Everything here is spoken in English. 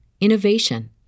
innovation